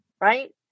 Right